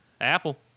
Apple